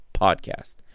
podcast